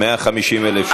150,000 שקל.